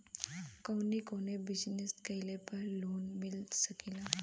कवने कवने बिजनेस कइले पर लोन मिल सकेला?